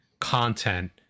content